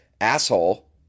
asshole